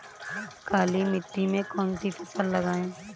काली मिट्टी में कौन सी फसल लगाएँ?